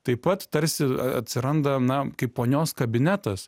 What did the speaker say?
taip pat tarsi atsiranda na kaip ponios kabinetas